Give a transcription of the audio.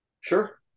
Sure